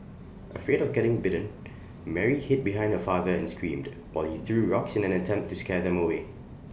afraid of getting bitten Mary hid behind her father and screamed while he threw rocks in an attempt to scare them away